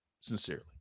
Sincerely